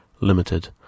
limited